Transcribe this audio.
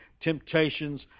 temptations